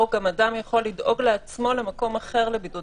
או אדם יכול לדאוג לעצמו למקום אחר לבידוד.